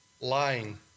Lying